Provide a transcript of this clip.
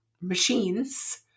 machines